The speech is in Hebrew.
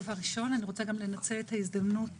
אני רוצה גם לנצל את ההזדמנות